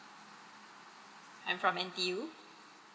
I'm from N_T_U